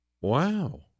wow